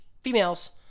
females